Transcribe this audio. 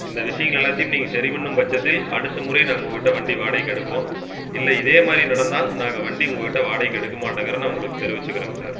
இந்த விஷயங்கள் எல்லாத்தையும் நீங்கள் சரி பண்ணும் பட்சத்தில் அடுத்த முறை நாங்கள் உங்ககிட்ட வண்டி வாடகைக்கு எடுப்போம் இல்லை இதே மாதிரி நடந்தால் நாங்கள் வண்டி உங்கள் கிட்ட வாடகைக்கு எடுக்க மாட்டோம்ங்கிறதை நான் உங்களுக்கு தெரிவிச்சிக்கிறேங்க சார்